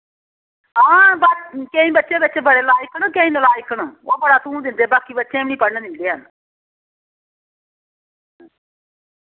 हां बस केईं बच्चे बिच्च बड़े लाइक न केईं नलायक न ओह् बड़ा धूं दिंदे बाकी बच्चें गी बी नेईं पढ़न दिंदे हैन